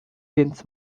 więc